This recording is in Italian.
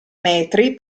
metri